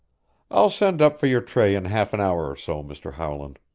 i'll send up for your tray in half an hour or so, mr. howland.